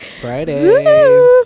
Friday